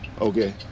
okay